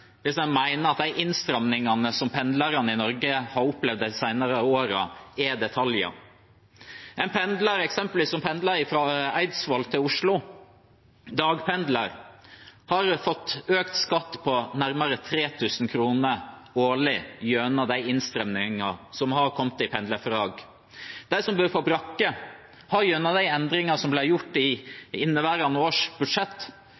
hvis en mener at de innstramningene som pendlerne i Norge har opplevd de senere årene, er «detaljer». En som eksempelvis pendler fra Eidsvoll til Oslo, dagpendler, har fått økt skatt på nærmere 3 000 kr årlig gjennom de innstramningene som har kommet i pendlerfradraget. De som bor på brakke, har gjennom de endringene som ble gjort i inneværende års budsjett,